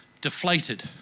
deflated